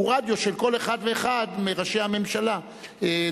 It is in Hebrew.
הוא רדיו של כל אחד ואחד מראשי הממשלה לדורותיהם.